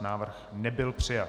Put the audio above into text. Návrh nebyl přijat.